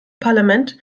parlament